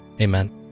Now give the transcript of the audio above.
Amen